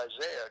Isaiah